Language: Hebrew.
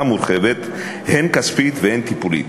הן הכספית והן הטיפולית,